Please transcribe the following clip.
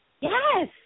Yes